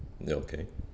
okay